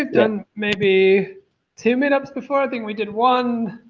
done maybe two meetups before, i think we did one,